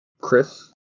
Chris